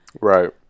Right